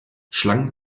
schlangen